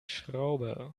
schraube